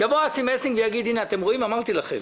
יבוא אסי מסינג ויגיד: הנה, אתם רואים, אמרתי לכם.